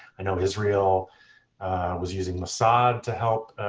i know israel was using mossad to help